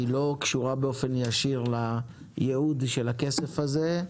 שלא קשורה באופן ישיר לייעוד של הכסף הזה,